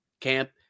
camp